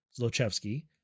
Zlochevsky